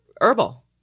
herbal